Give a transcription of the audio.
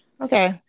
Okay